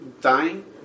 dying